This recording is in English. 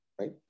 right